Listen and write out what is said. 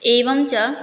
एवञ्च